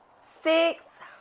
six